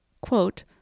quote